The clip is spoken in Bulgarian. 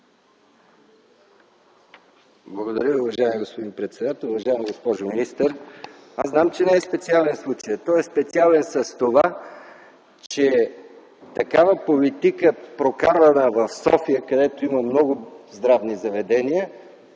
Благодаря Ви, уважаеми господин председател. Уважаема госпожо министър, аз знам, че не е специален случаят. Той е специален с това, че такава политика, прокарвана в София, където има много здравни заведения,